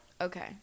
Okay